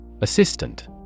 Assistant